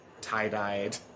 tie-dyed